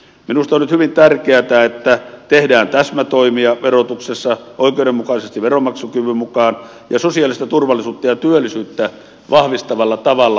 minusta on nyt hyvin tärkeätä että tehdään täsmätoimia verotuksessa oikeudenmukaisesti veronmaksukyvyn mukaan ja sosiaalista turvallisuutta ja työllisyyttä vahvistavalla tavalla